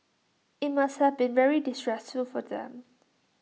IT must have been very distressful for them